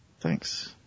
Thanks